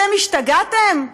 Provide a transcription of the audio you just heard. אתם השתגעתם?